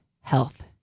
health